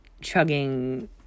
chugging